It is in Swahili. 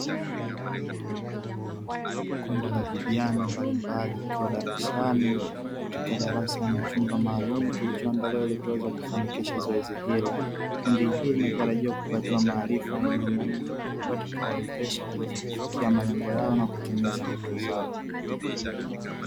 Kundi la vijana mbalimbali wakiwa darasani katika darasa na chumba maalumu kilichoandaliwa ili kuweza kufanikisha zoezi hilo. Kundi hili linatakiwa kupatiwa maarifa yenye umuhimu mkubwa utakaowawezesha kufikia malengo yao na kutimiza ndoto zao.